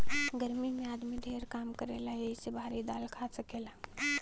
गर्मी मे आदमी ढेर काम करेला यही से भारी दाल खा सकेला